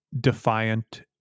defiant